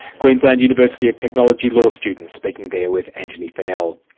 queensland university of technology law students speaking there with anthony fennell.